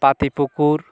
Patipukur